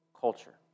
culture